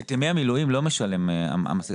את ימי המילואים לא משלם המעסיק.